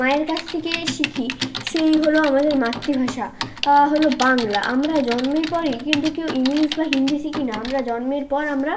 মায়ের কাছ থেকে শিখি সেই হল আমাদের মাতৃভাষা হল বাংলা আমরা জন্মের পরই কিন্তু কেউ ইংলিশ বা হিন্দি শিখি না আমরা জন্মের পর আমরা